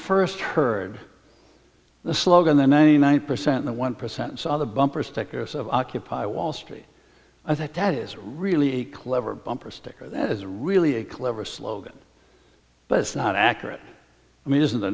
first heard the slogan the name one percent the one percent saw the bumper stickers of occupy wall street i think that is really a clever bumper sticker that is really a clever slogan but it's not accurate i mean isn't the